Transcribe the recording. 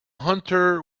hunter